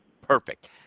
perfect